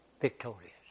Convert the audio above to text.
victorious